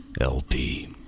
LP